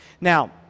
Now